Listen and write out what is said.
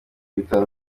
bitaro